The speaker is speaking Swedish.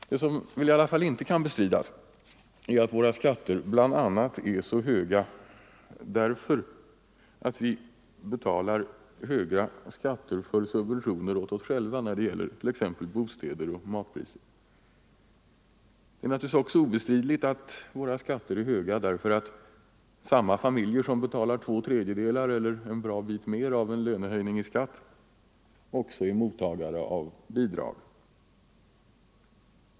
Det som väl i alla fall inte kan bestridas är att våra skatter bl.a. är så höga därför att vi betalar stora skattemedel för subventioner åt oss själva av t.ex. bostäder och matpriser. Det är också obestridligt att våra skatter är höga därför att samma familjer som betalar två tredjedelar eller en bra bit mer av en lönehöjning i skatt också är mottagare av bidrag.